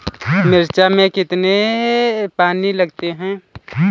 मिर्च में कितने पानी लगते हैं?